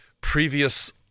previous